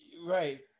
Right